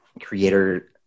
creator